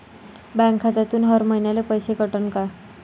Bank खात्यातून हर महिन्याले पैसे कटन का?